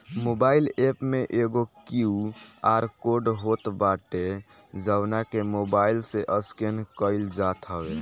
mobile app में एगो QR code होत बाटे जवना के मोबाईल से स्केन कईल जात हवे